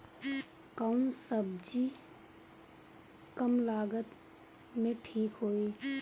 कौन सबजी कम लागत मे ठिक होई?